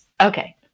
Okay